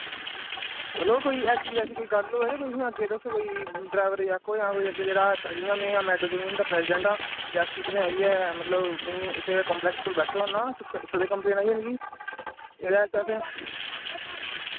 चलो कोई ऐसी वैसी कोई गल्ल होऐ ते कोई नि अग्गै तुस कोई ड्रैवर गी आक्खो जां कोई अग्गै जेह्ड़ा जि'यां में मैटाडोर यूनियन दा प्रेसिडैंट आं रियासी तुसें आइयै मतलब मि उत्थै गै काम्प्लैक्स कोल बैठे दा होना तुस करी सकदे कम्प्लेन आइयै मिकी एह्दे आस्तै तुस